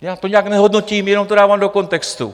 Já to nijak nehodnotím, jenom to dávám do kontextu.